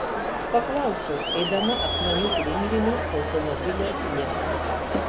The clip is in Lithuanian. paklausiau eidama akmenų grindiniu automobilio link